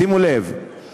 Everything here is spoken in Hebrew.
שימו לב,